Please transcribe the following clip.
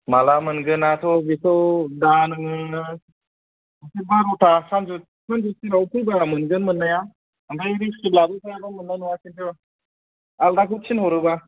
माला मोनगोना थ' बिखौ दा नोङो दासो बार'था सानजुफु सिमाव फैबा मोनगोन मोननाया ओमफ्राय रिसिफ लाबोफायाबा मोननाय नङा खिनथु आलदाखौ थिनहरोबा